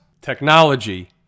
Technology